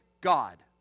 God